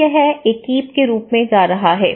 तो यह एक कीप के रूप में जा रहा है